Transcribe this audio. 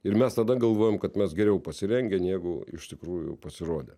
ir mes tada galvojom kad mes geriau pasirengę negu iš tikrųjų pasirodė